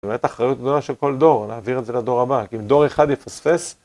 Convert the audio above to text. זו באמת אחריות גדולה של כל דור, להעביר את זה לדור הבא, כי אם דור אחד יפספס...